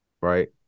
right